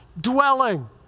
dwelling